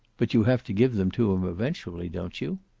but you have to give them to him eventually, don't you?